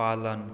पालन